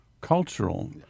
cultural